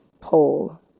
pull